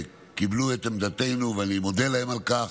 קיבלו את עמדתנו, ואני מודה להם על כך: